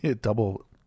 Double